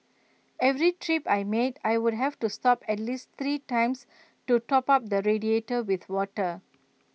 every trip I made I would have to stop at least three times to top up the radiator with water